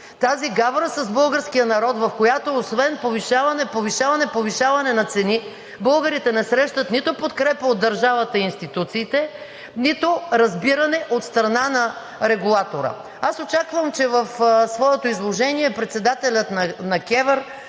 тази гавра с българския народ, в която освен повишаване, повишаване, повишаване на цени, българите не срещат нито подкрепа от държавата и институциите, нито разбиране от страна на оператора. Аз очаквам, че в своето изложение председателят на КЕВР